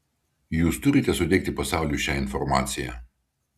jūs turite suteikti pasauliui šią informaciją